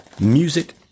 music